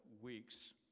weeks